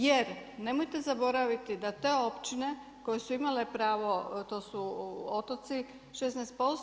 Jer nemojte zaboraviti da te općine koje su imale pravo, to su otoci 16%